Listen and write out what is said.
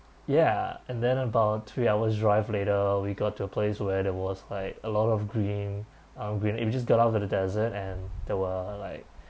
ya and then about three hours drive later we got to a place where there was like a lot of green uh green uh we just get out of the desert and there were like